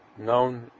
known